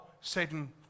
Satan